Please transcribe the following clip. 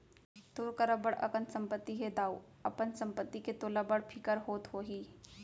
तोर करा बड़ अकन संपत्ति हे दाऊ, अपन संपत्ति के तोला बड़ फिकिर होत होही